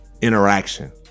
Interaction